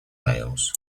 nails